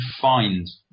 find